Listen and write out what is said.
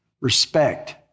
Respect